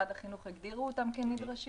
שמשרד החינוך הגדירו אותם כנדרשים.